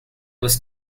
was